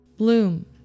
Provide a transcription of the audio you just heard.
Bloom